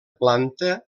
planta